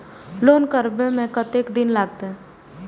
Loan करबे में कतेक दिन लागते?